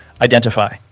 identify